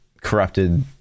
corrupted